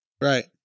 Right